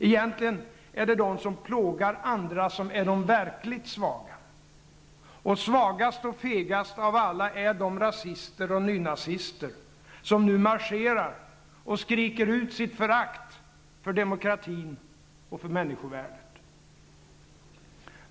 Egentligen är det de som plågar andra som är de verkligt svaga. Och svagast och fegast av alla är de rasister och nynazister som nu marscherar och skriker ut sitt förakt för demokratin och för människovärdet.